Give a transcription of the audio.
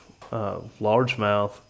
largemouth